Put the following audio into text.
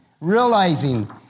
realizing